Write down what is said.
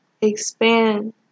Expand